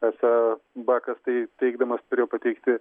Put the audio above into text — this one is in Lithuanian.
esą bakas tai teikdamas turėjo pateikti